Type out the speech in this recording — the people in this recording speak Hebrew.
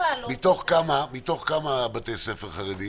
מתוך כמה בתי ספר חרדיים?